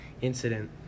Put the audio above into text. incident